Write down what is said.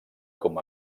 com